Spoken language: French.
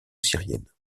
syrienne